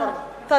אני אמסור לו.